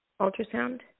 ultrasound